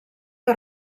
que